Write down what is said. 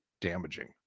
damaging